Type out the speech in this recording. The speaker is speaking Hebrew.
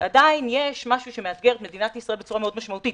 עדיין יש משהו שמאתגר את מדינת ישראל בצורה מאוד משמעותית,